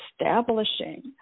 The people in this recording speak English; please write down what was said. establishing